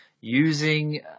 using